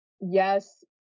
yes